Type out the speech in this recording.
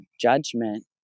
judgment